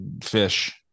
fish